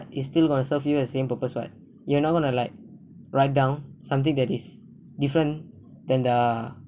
it still going to serve you as same purpose [what] you're not going to like write down something that is different than the